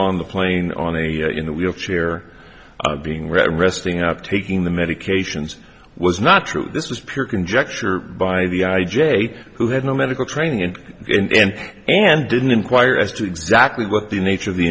on the plane on the in the wheelchair being right resting up taking the medications was not true this was pure conjecture by the i j a who had no medical training and and and didn't inquire as to exactly what the nature of the